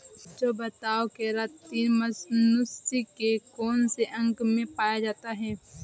बच्चों बताओ केरातिन मनुष्य के कौन से अंग में पाया जाता है?